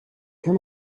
can